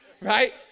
right